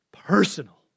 Personal